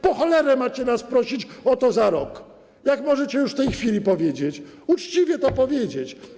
Po cholerę macie nas prosić o to za rok, jak możecie już w tej chwili powiedzieć, uczciwie to powiedzieć.